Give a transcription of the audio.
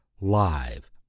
live